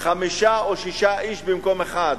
חמישה או שישה איש במקום אחד.